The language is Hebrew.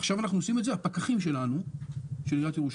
עכשיו עושים את זה הפקחים של עיריית ירושלים.